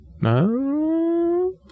No